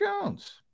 Jones